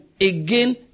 again